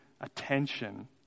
attention